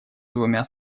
двумя